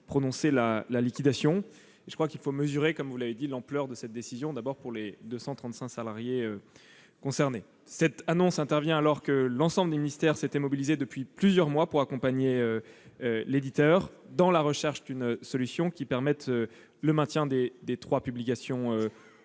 prononcé la liquidation. Il faut mesurer, comme vous l'avez dit, l'ampleur de cette décision, d'abord pour les 235 salariés concernés. Cette annonce intervient alors que l'ensemble des ministères s'était mobilisé depuis plusieurs mois pour accompagner l'éditeur dans la recherche d'une solution permettant le maintien des trois publications.